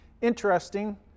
Interesting